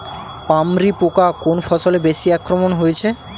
পামরি পোকা কোন ফসলে বেশি আক্রমণ হয়েছে?